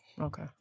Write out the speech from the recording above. Okay